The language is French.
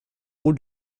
drôle